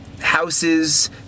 houses